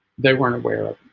they weren't aware of